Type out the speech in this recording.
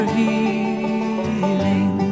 healing